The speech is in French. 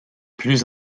plus